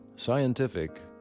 Scientific